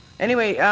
anyway,